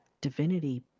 divinity